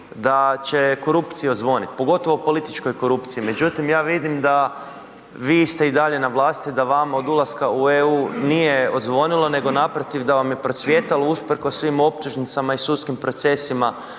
da će korupciji odzvonit, pogotovo političkoj korupciji. Međutim, ja vidim da vi ste i dalje na vlasti, da vama od ulaska u EU nije odzvonilo nego naprotiv da vam je procvjetalo usprkos svim optužnicama i sudskim procesima